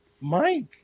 Mike